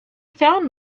found